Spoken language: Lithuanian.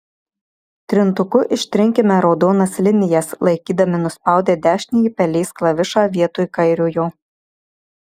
trintuku ištrinkime raudonas linijas laikydami nuspaudę dešinįjį pelės klavišą vietoj kairiojo